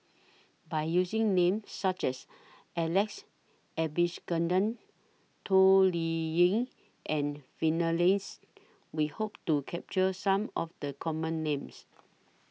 By using Names such as Alex Toh Liying and We Hope to capture Some of The Common Names